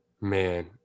man